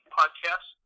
podcast